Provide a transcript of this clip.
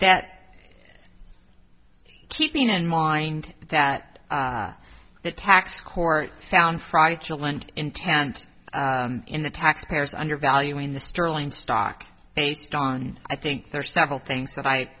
that keeping in mind that the tax court found friday children intent in the taxpayers under valuing the sterling stock based on i think there are several things that i